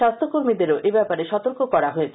স্বাস্থ্যকর্মীদেরও এ ব্যাপারে সতর্ক করা হয়েছে